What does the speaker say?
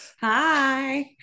Hi